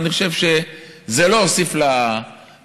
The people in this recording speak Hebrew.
אני חושב שזה לא הוסיף לה כבוד